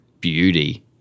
beauty